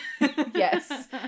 Yes